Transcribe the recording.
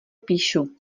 píšu